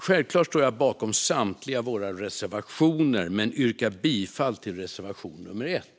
Självklart står jag bakom samtliga våra reservationer, men jag yrkar bifall till reservation nummer 1.